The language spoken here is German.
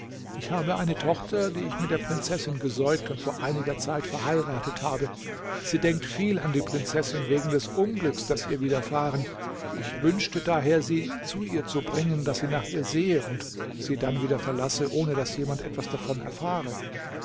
ich habe eine tochter die ich mit der prinzessin gesäugt und vor einiger zeit verheiratet habe sie denkt viel an die prinzessin wegen des unglücks das ihr widerfahren ich wünschte daher sie zu ihr zu bringen daß sie nach ihr sehe und sie dann wieder verlasse ohne daß jemand etwas davon erfahre